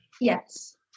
yes